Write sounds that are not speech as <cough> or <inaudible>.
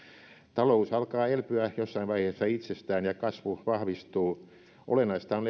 talous alkaa elpyä jossain vaiheessa itsestään ja kasvu vahvistuu olennaista on <unintelligible>